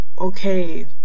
Okay